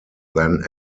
than